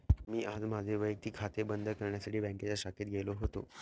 मी आज माझे वैयक्तिक खाते बंद करण्यासाठी बँकेच्या शाखेत गेलो होतो